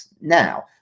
Now